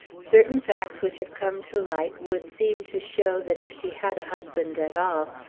certain facts which have come to light would seem to show that if she had a husband at all,